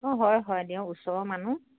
অঁ হয় হয় দিয়ক ওচৰৰ মানুহ